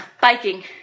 biking